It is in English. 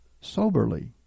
soberly